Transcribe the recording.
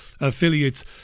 affiliates